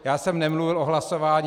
Já jsem nemluvil o hlasování.